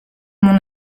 mon